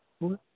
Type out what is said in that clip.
ਹਮ